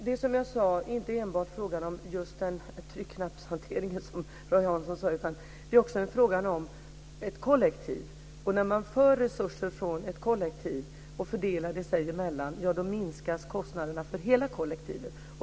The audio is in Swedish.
Det är som jag sade inte enbart fråga om tryckknappshanteringen, som Roy Hansson sade. Det är också fråga om ett kollektiv. När man för resurser från ett kollektiv och fördelar dem sinsemellan minskas kostnaderna för hela kollektivet.